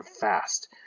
fast